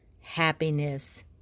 happiness